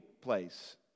place